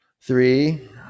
three